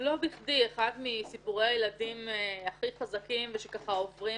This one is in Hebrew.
לא בכדי אחד מסיפורי הילדים הכי חזקים שעוברים